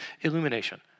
illumination